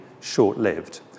short-lived